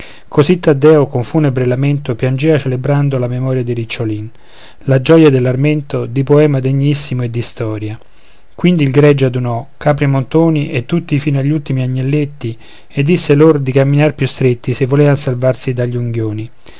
così taddeo con funebre lamento piangeva celebrando la memoria di ricciolin la gioia dell'armento di poema degnissimo e di storia quindi il gregge adunò capri e montoni e tutti fino agli ultimi agnelletti e disse lor di camminar più stretti se volevan salvarsi dagli unghioni